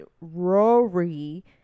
Rory